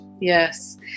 yes